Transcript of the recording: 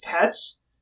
pets